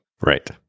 Right